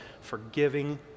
forgiving